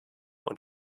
und